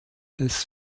des